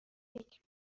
فکر